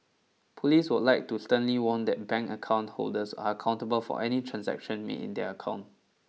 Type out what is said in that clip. police would like to sternly warn that bank account holders are accountable for any transaction made in their account